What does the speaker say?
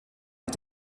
est